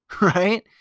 right